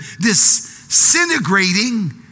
disintegrating